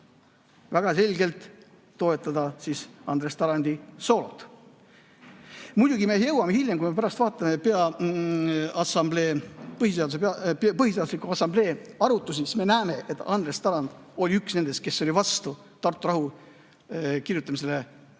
väga selgelt toetada Andres Tarandi soolot. Muidugi, hiljem, kui me pärast vaatame Põhiseaduse Assamblee arutusi, siis me näeme, et Andres Tarand oli üks nendest, kes oli vastu Tartu rahu kirjutamisele põhiseadusesse,